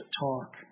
talk